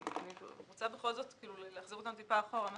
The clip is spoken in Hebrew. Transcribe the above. אני רוצה בכל זאת להחזיר אותנו קצת אחורה למה